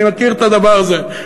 אני מכיר את הדבר הזה,